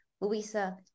Louisa